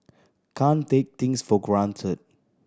can't take things for granted